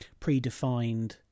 predefined